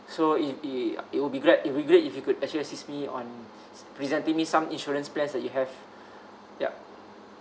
so it it it will be glad it'll be glad if you could actually assist me on presenting me some insurance plans that you have yup